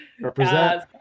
represent